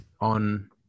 on